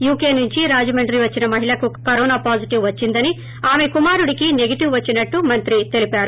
UK నుంచి రాజమండ్రి వచ్చిన మహిళకు కరోనా పాజిటివ్ వచ్చిందని ఆమె కుమారుడికి నెగెటివ్ వచ్చినట్లు మంత్రి తెలిపారు